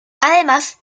además